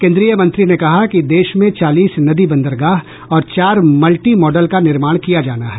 केंद्रीय मंत्री ने कहा कि देश में चालीस नदी बंदरगाह और चार मल्टी मॉडल का निर्माण किया जाना है